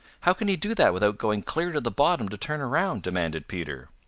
how can he do that without going clear to the bottom to turn around? demanded peter.